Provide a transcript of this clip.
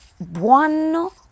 buono